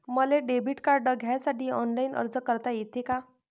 मले debit card घ्यासाठी online अर्ज करता येते का?